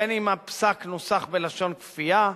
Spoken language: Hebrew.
אם הפסק נוסח בלשון כפייה,